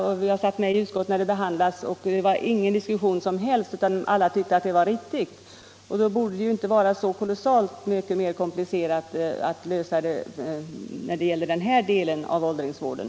Jag satt också med i utskottet när frågan behandlades, och det var ingen som helst diskussion där, utan alla tyckte att förslaget var riktigt. Då borde det inte vara så kolossalt mycket mer komplicerat att lösa problemet i den här delen av åldringsvården.